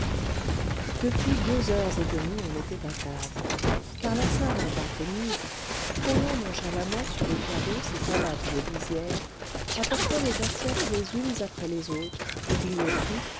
depuis deux heures et demie on était à table car la servante artémise traînant nonchalamment sur les carreaux ses savates de lisière apportait les assiettes les unes après les autres oubliait tout